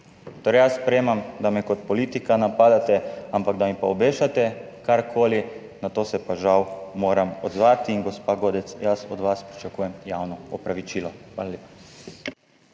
Torej, jaz sprejemam, da me kot politika napadate, ampak da mi pa obešate karkoli, na to se pa žal moram odzvati. In, gospa Godec, jaz od vas pričakujem javno opravičilo. Hvala lepa.